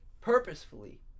purposefully